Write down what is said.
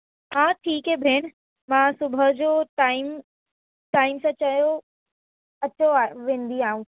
हा ठीकु आहे भेण मां सुबुह जो टाइम टाइम सां चयो अची वार वेंदीमांव